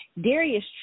Darius